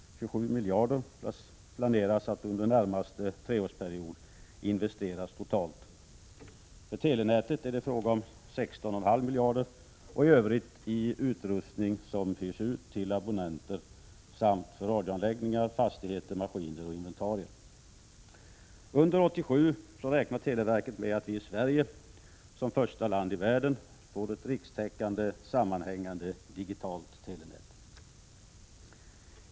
Totalt 27 miljarder planeras att investeras under den närmaste treårsperioden. För telenätet är det fråga om 16,5 miljarder, och investeringarna i övrigt avser utrustning som hyrs ut till abonnenter samt radioanläggningar, fastigheter, maskiner och inventarier. Televerket räknar med att vi i Sverige, som första land i världen, under 1987 får ett rikstäckande, sammanhängande digitalt telenät.